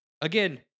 Again